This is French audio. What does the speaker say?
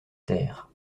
terre